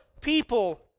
people